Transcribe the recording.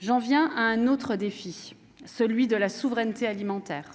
j'en viens à un autre défi, celui de la souveraineté alimentaire.